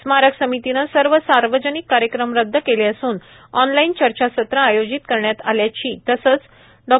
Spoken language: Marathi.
स्मारक समितीने सर्व सार्वजनिक कार्यक्रम रददद केले असून ऑनलाईन चर्चासत्र आयोजित करण्यात आल्याची तसेच डॉ